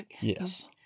Yes